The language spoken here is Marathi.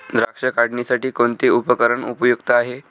द्राक्ष काढणीसाठी कोणते उपकरण उपयुक्त आहे?